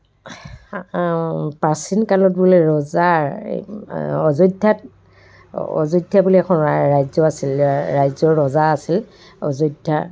প্ৰাচীন কালত বোলে ৰজাৰ অযোধ্যাত অযোধ্যা বুলি এখন ৰাজ্য আছিল ৰাজ্যৰ ৰজা আছিল অযোধ্যা